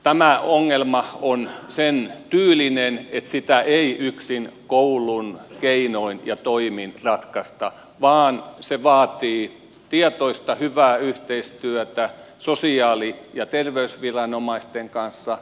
tämä ongelma on sen tyylinen että sitä ei yksin koulun keinoin ja toimin ratkaista vaan se vaatii tietoista hyvää yhteistyötä sosiaali ja terveysviranomaisten kanssa